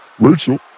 Rachel